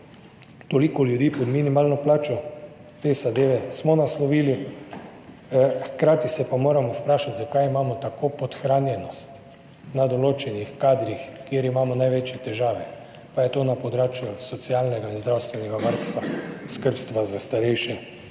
Toliko ljudi pod minimalno plačo. Te zadeve smo naslovili, hkrati se pa moramo vprašati zakaj imamo tako podhranjenost na določenih kadrih, kjer imamo največje težave, pa je to na področju socialnega in zdravstvenega varstva, skrbstva za starejše,